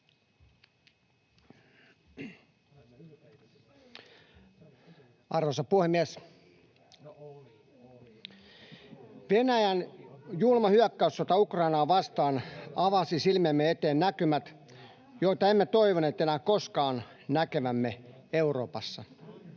Arvoisa puhemies! Venäjän julma hyökkäyssota Ukrainaa vastaan avasi silmiemme eteen näkymät, joita emme toivoneet enää koskaan näkevämme Euroopassa.